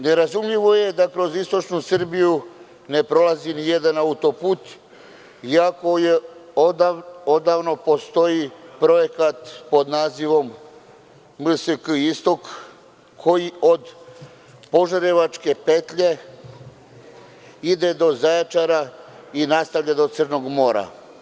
Ne razumljivo je da kroz istočnu Srbiju ne prolazi nijedan autoput, iako odavno postoji projekat pod nazivom „MSK-Istok“, koji od požarevačke petlje ide do Zaječara i nastavlja do Crnog mora.